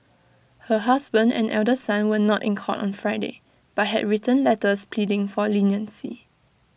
her husband and elder son were not in court on Friday but had written letters pleading for leniency